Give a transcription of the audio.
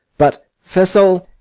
but, fair soul,